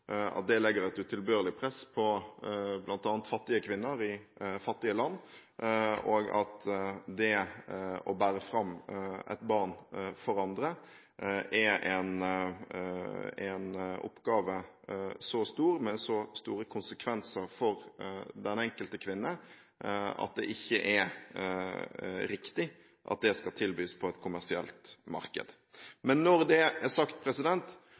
at det legger et utilbørlig press på bl.a. fattige kvinner i fattige land, og at det å bære fram et barn for andre er en oppgave så stor, med så store konsekvenser for den enkelte kvinne, at det ikke er riktig at det skal tilbys på et kommersielt marked. Men når det er sagt,